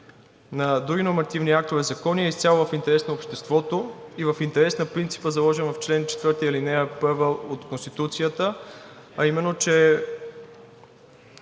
на други нормативни актове закони е изцяло в интерес на обществото и в интерес на принципа, заложен в чл. 4, ал. 1 от Конституцията, а именно